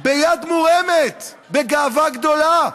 ביד מורמת, בגאווה גדולה.